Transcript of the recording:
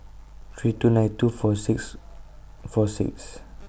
three two nine two four six four six